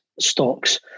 stocks